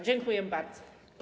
Dziękuję bardzo.